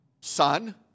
Son